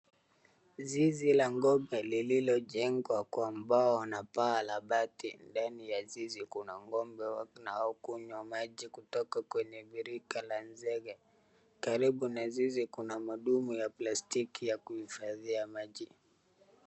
Zizi la ng'ombe lililojengwa kwa mbao na paa la bati ndani ya zizi kuna ng'ombe na hukunywa maji kutoka kwenye birika la nzege. Karibu na zizi kuna madumu ya plastiki ya kuhifadhia maji.